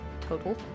total